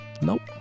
Nope